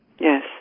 Yes